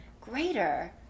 greater